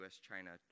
U.S.-China